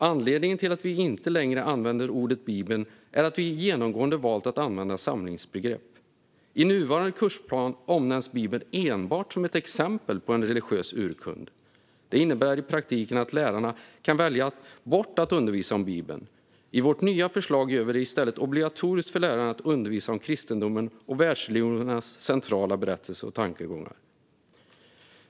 Anledningen till att vi inte längre använder ordet Bibeln är att vi genomgående valt att använda samlingsbegrepp. I nuvarande kursplan omnämns Bibeln enbart som ett exempel på en religiös urkund. Det innebär i praktiken att läraren kan välja bort att undervisa om Bibeln. I vårt nya förslag gör vi det i stället obligatoriskt för läraren att undervisa om kristendomens och världsreligionernas centrala berättelser och tankegångar.